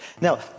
Now